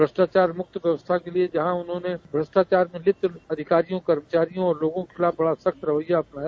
भ्रष्टाचारमुक्त व्यवस्था के लिए जहां उन्होंने भ्रष्टाचार में लिप्त अधिकारियों कर्मचारियों और लोगों के ख़िलाफ बड़ा सख़्त रवैया अपनाया